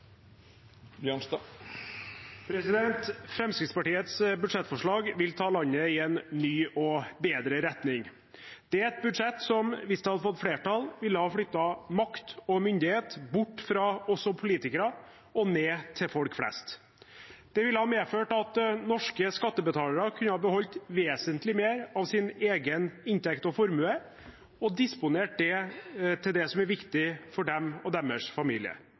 Fremskrittspartiets budsjettforslag vil ta landet i en ny og bedre retning. Det er et budsjett som hvis det hadde fått flertall, ville ha flyttet makt og myndighet bort fra oss politikere og ned til folk flest. Det ville ha medført at norske skattebetalere kunne ha beholdt vesentlig mer av sin egen inntekt og formue og disponert det til det som er viktig for dem og deres familie.